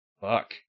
fuck